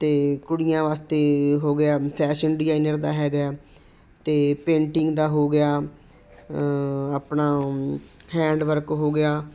ਅਤੇ ਕੁੜੀਆਂ ਵਾਸਤੇ ਹੋ ਗਿਆ ਫੈਸ਼ਨ ਡਿਜ਼ਾਈਨਿੰਗ ਦਾ ਹੈਗਾ ਅਤੇ ਪੇਂਟਿੰਗ ਦਾ ਹੋ ਗਿਆ ਆਪਣਾ ਹੈਂਡ ਵਰਕ ਹੋ ਗਿਆ